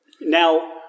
Now